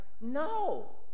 No